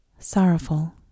Sorrowful